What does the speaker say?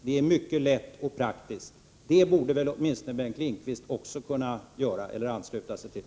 Det är mycket lätt och praktiskt.” Det borde väl Bengt Lindqvist åtminstone kunna ansluta sig till.